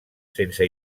sense